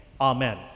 amen